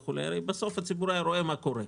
הרי בסוף הציבור היה רואה מה קורה.